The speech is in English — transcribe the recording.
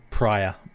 prior